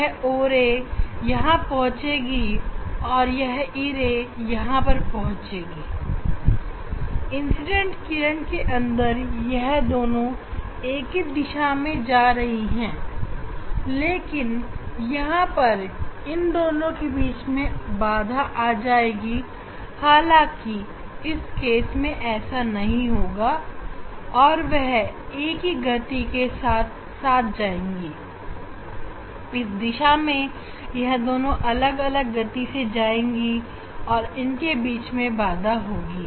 यह o ray यहां पहुँचेगी और यह e ray यहां पर पहुँचेगी इंसिडेंट किरण के अंदर यह दोनों एक ही दिशा में जा रही हैं लेकिन यहां पर इन दोनों के बीच में बाधा आ जाएगी हालांकि इस केस में ऐसा नहीं होगा और वह एक ही गति के साथ जाएंगी और इस दशा में यह दोनों अलग अलग गति से जाएंगी और इनके बीच में बाधा होगी